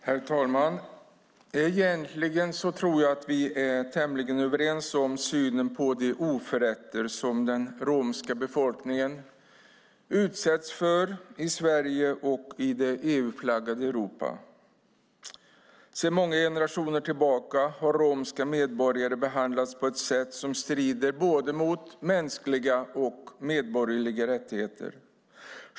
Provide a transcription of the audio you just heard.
Herr talman! Egentligen tror jag att vi är tämligen överens om synen på de oförrätter som den romska befolkningen utsätts för i Sverige och i det EU-flaggade Europa. Sedan många generationer tillbaka har romska medborgare behandlats på ett sätt som strider mot både mänskliga och medborgerliga rättigheter.